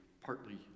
partly